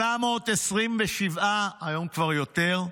827, היום כבר יותר,